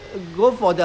you see